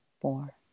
four